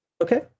Okay